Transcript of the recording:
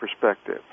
perspective